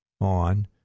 on